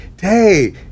hey